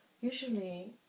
usually